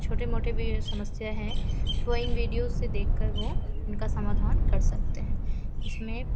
छोटी मोटी भी समस्या है तो इन वीडियोज़ से देखकर वह इनका समाधान कर सकते हैं इसमें